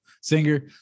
singer